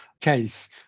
case